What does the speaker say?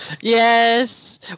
Yes